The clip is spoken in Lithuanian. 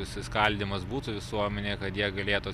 susiskaldymas būtų visuomenėje kad jie galėtų